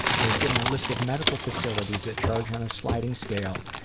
i was given a list of medical facilities that charge on a sliding scale,